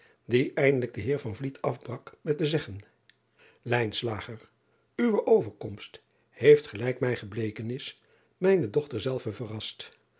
die eindelijk de eer afbrak met te zeggen we overkomst heeft gelijk mij gebleken is mijne dochter zelve verrast